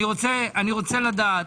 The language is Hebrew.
אני רוצה לדעת,